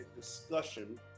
discussion